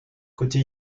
côté